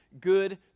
good